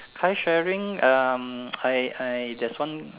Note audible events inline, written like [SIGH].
car sharing um [NOISE] I I there's one